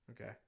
okay